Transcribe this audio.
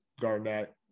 Garnett